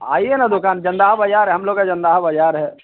आइए न दुकान बाज़ार है हम लोगों का बाज़ार है